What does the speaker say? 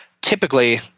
typically